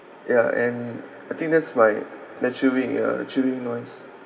ya and I think that's my that chewing ya chewing noise